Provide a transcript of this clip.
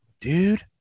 dude